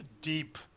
deep